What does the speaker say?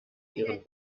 ihren